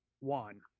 one